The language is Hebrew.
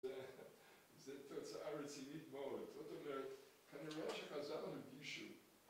זה תוצאה רצינית מאוד, זאת אומרת, כנראה שחזר למישהו